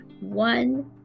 one